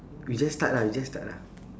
we just start lah we just start lah